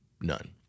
None